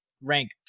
rank